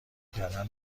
کردن